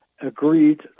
agreed